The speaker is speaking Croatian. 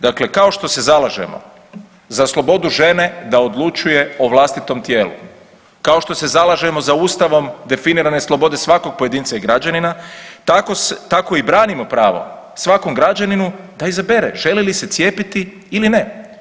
Dakle, kao što se zalažemo za slobodu žene da odlučuje o vlastitom tijelu, kao što se zalažemo za ustavom definirane slobode svakog pojedinca i građanina tako i branimo pravo svakom građaninu da izabere želi li se cijepiti ili ne.